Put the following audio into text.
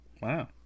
wow